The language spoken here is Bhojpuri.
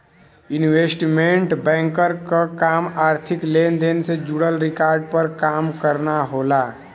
इन्वेस्टमेंट बैंकर क काम आर्थिक लेन देन से जुड़ल रिकॉर्ड पर काम करना होला